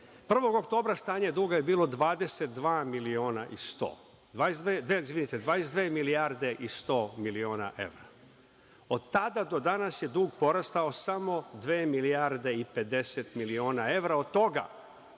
1. oktobra je bilo 22 milijardi i 100 miliona evra. Od tada do danas je dug porastao samo dve milijarde i 50 miliona evra.